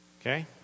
Okay